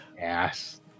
Yes